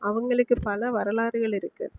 அவங்களுக்கு பல வரலாறுகள் இருக்குது